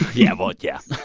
yeah. well, like yeah.